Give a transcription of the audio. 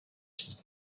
fille